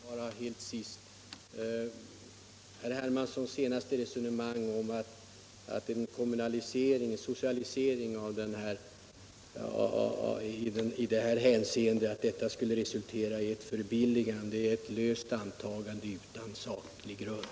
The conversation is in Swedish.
Herr talman! Bara till sist: Herr Hermansson senaste resonemang om att en kommunalisering, en socialisering i det här hänseendet skulle resultera i ett förbilligande är ett löst antagande, utan saklig grund.